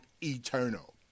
eternal